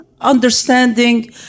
understanding